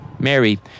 Mary